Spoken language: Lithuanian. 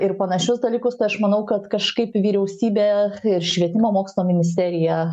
ir panašius dalykus tai aš manau kad kažkaip vyriausybė ir švietimo mokslo ministerija